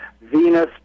Venus